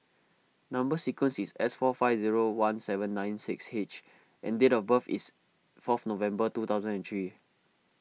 Number Sequence is S four five zero one seven nine six H and date of birth is fourth November two thousand and three